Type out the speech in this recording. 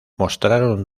mostraron